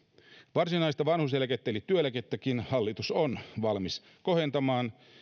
varsinaista vanhuuseläkettä eli työeläkettäkin hallitus on valmis kohentamaan